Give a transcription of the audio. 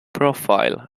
profile